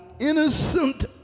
innocent